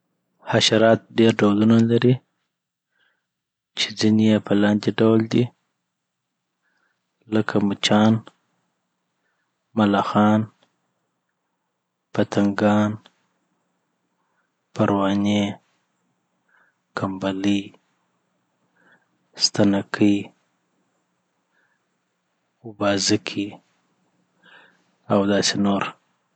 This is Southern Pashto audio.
حشرات ډیر ډولونه لري چی ځيني یی په لاندي ډول دی لکه، مچان، ملخان، پتنګان، پروانې، کمبلې، ستنکې، اوبازکې، او داسي نور